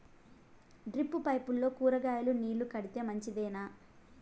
Drip పైపుల్లో కూరగాయలు నీళ్లు కడితే మంచిదేనా?